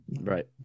Right